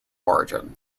origin